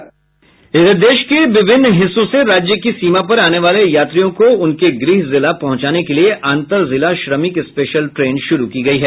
इधर देश के विभिन्न हिस्सों से राज्य की सीमा पर आने वाले यात्रियों को उनके गृह जिला पहुंचाने के लिए अंतर जिला श्रमिक स्पेशल ट्रेन शुरू की गयी है